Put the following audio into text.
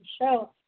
show